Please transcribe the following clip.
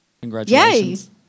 Congratulations